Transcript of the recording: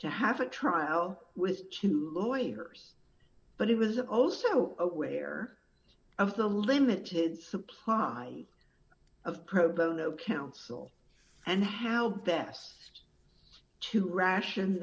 to have a trial with two lawyers but he was also aware of the limited supply of pro bono counsel and how best to ration